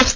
F